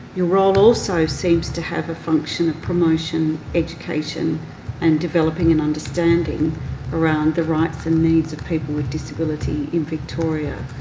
your role also seems to have a function of promotion, education and developing an understanding around the rights and needs of people with disability in victoria.